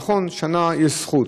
נכון, שנה יש זכות,